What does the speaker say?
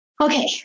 okay